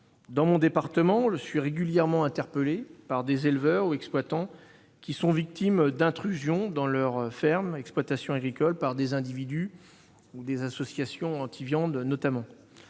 Dans mon département, je suis régulièrement interpellé par des éleveurs ou des exploitants victimes d'intrusions dans leur exploitation agricole par des individus ou des associations anti-viande, notamment.